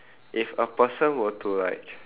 if a person were to like